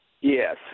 Yes